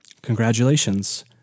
congratulations